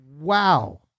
Wow